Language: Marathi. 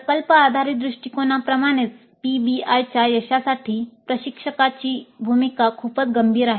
प्रकल्प आधारित दृष्टीकोनाप्रमाणेच पीबीआयच्या यशासाठी प्रशिक्षकाची भूमिका खूपच गंभीर आहे